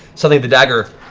suddenly the dagger